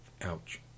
Ouch